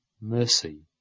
mercy